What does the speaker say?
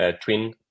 twin